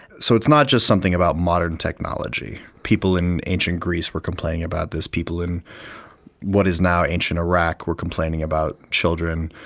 so it's not just something about modern technology. people in ancient greece were complaining about this, people in what is now ancient iraq were complaining about children.